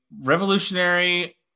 revolutionary